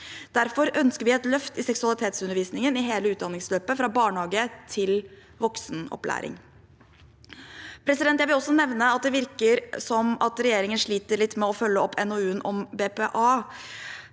Derfor ønsker vi et løft i seksualitetsundervisningen i hele utdanningsløpet, fra barnehage til voksenopplæring. Jeg vil også nevne at det virker som regjeringen sliter litt med å følge opp NOU-en om